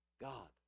God